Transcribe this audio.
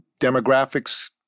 demographic's